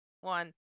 one